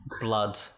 blood